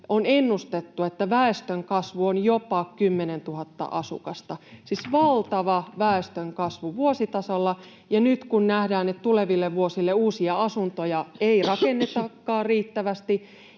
vuodelle väestönkasvu on jopa kymmenentuhatta asukasta, siis valtava väestönkasvu vuositasolla, ja nyt kun nähdään, että tuleville vuosille uusia asuntoja ei rakennettakaan riittävästi,